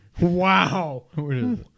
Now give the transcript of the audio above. Wow